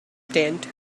tent